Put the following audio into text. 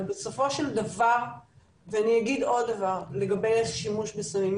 אבל בסופו של דבר ואני אגיד עוד דבר לגבי שימוש בסמים,